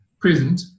present